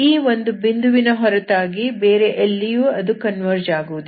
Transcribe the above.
ಈ ಒಂದು ಬಿಂದುವಿನ ಹೊರತಾಗಿ ಬೇರೆ ಎಲ್ಲಿಯೂ ಅದು ಕನ್ವರ್ಜ್ ಆಗುವುದಿಲ್ಲ